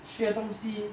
学的东西